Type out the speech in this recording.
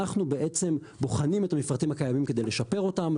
אנחנו בעצם בוחנים את המפרטים הקיימים כדי לשפר אותם,